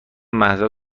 مهسا